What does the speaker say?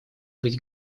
быть